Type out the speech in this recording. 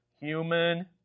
human